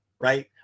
right